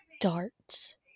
darts